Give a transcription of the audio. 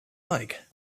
like